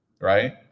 Right